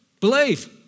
believe